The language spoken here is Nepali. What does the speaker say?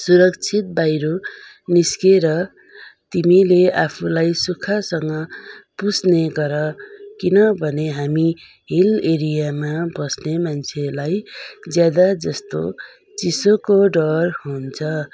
सुरक्षित बाहिर निस्किएर तिमीले आफूलाई सुक्खासँग पुस्ने गर किनभने हामी हिल एरियामा बस्ने मान्छेलाई ज्यादा जस्तो चिसोको डर हुन्छ